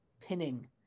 pinning